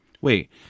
Wait